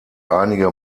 einige